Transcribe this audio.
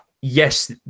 Yes